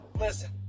listen